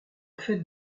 fait